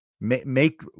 Make